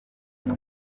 ngo